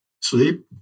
sleep